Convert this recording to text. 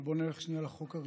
אבל בואו נלך שנייה לחוק הראשון,